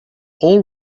all